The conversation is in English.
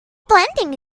blending